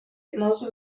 genauso